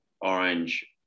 orange